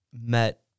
Met